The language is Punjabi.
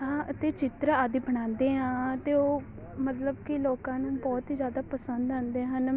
ਅਤੇ ਚਿੱਤਰ ਆਦਿ ਬਣਾਉਂਦੇ ਹਾਂ ਅਤੇ ਉਹ ਮਤਲਬ ਕਿ ਲੋਕਾਂ ਨੂੰ ਬਹੁਤ ਹੀ ਜ਼ਿਆਦਾ ਪਸੰਦ ਆਉਂਦੇ ਹਨ